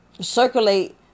circulate